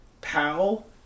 Powell